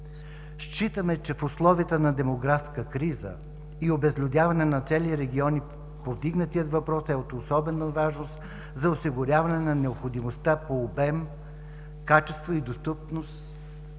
Считаме, че в условията на демографска криза и обезлюдяване на цели региони повдигнатият въпрос е от особена важност за осигуряване на необходимостта – по обем, качество и достъпност,